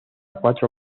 cuatro